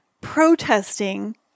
protesting